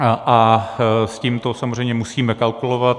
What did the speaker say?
A s tímto samozřejmě musíme kalkulovat.